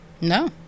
No